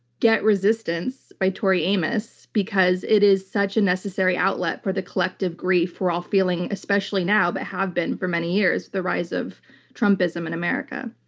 get resistance by tori amos because it is such a necessary outlet for the collective grief we're all feeling especially now, but have been for many years with the rise of trumpism in america.